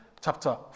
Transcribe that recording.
chapter